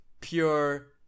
pure